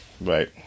Right